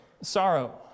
Sorrow